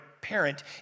parent